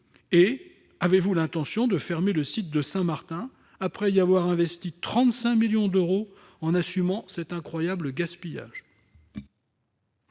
Et avez-vous l'intention de fermer le site de Saint-Martin, après y avoir investi 35 millions d'euros, et d'assumer cet incroyable gaspillage ?